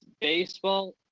baseball